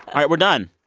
all right, we're done.